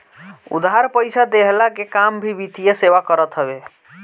उधार पईसा देहला के काम भी वित्तीय सेवा करत हवे